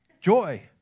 joy